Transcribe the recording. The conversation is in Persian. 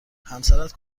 همسرت